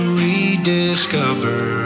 rediscover